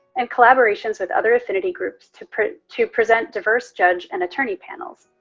and collaborations with other affinity groups to present to present diverse judge and attorney panels.